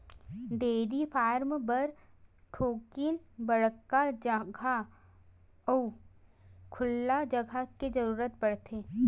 dairy farm बर थोकिन बड़का जघा अउ खुल्ला जघा के जरूरत परथे